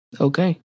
okay